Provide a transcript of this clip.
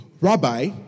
Rabbi